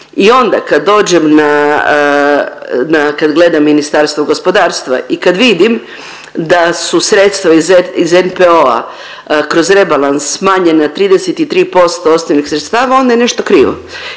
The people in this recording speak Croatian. I onda kad dođem na, na, kad gledam Ministarstvo gospodarstva i kad vidim da su sredstva iz NPOO-a kroz rebalans smanjen na 33% osnovnih sredstava onda je nešto krivo